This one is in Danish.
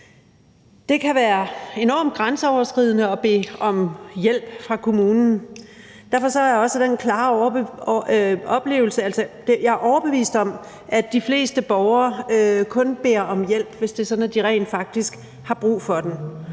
Det kan være enormt grænseoverskridende at bede om hjælp fra kommunen. Jeg er overbevist om, at de fleste borgere kun beder om hjælp, hvis det er sådan, at de rent faktisk har brug for den,